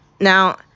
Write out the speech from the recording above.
Now